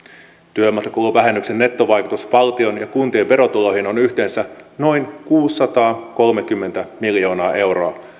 työmatkakuluvähennyksen nettovaikutus valtion ja kuntien verotuloihin on yhteensä noin kuusisataakolmekymmentä miljoonaa euroa